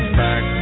back